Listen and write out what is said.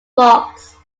fox